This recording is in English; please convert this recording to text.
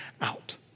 out